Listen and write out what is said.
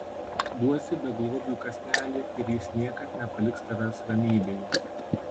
duosi beglobiui kąsnelį ir jis niekad nepaliks tavęs ramybėje